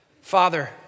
Father